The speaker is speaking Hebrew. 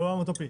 באולם אוטופי,